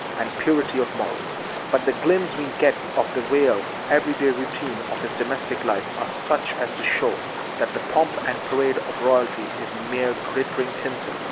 and purity of morals but the glimpses we get of the real, everyday routine of his domestic life, are such as to show that the pomp and parade of royalty is mere glittering tinsel,